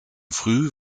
früh